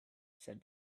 said